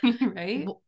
Right